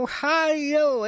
Ohio